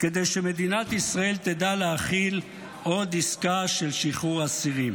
כדי שמדינת ישראל תדע להכיל עוד עסקה של שחרור אסירים.